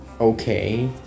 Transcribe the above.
okay